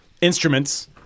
instruments